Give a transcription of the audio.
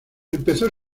empezó